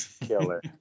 killer